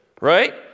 right